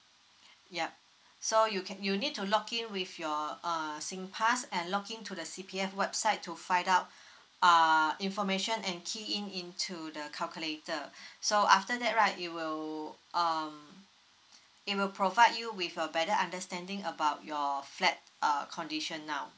yup so you can you need to log in with your err singpass and log in to the C_P_F website to find out uh information and key in into the calculator so after that right you will um it will provide you with a better understanding about your flat err condition now